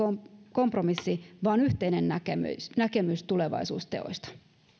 kompromissi vaan yhteinen näkemys näkemys tulevaisuusteoista